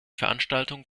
veranstaltung